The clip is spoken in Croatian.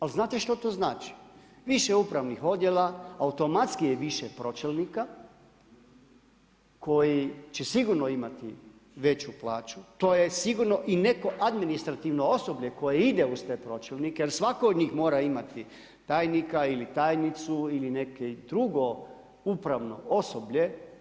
Ali znate što to znači, više upravnih odjela automatski je više pročelnika koji će sigurno imati veću plaću to je sigurno i neko administrativno osoblje koje ide uz te pročelnike, jer svatko od njih mora imati tajnika ili tajnicu ili neko drugo upravno osoblje.